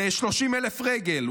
מ-30,000 רגל,